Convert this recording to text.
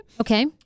Okay